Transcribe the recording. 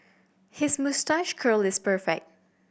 his moustache curl is perfect